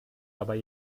dabei